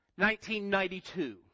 1992